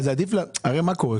הרי מה קורה?